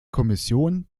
kommission